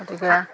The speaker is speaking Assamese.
গতিকে